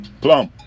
Plum